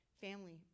family